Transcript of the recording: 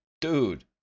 dude